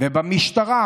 ובמשטרה